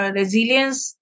resilience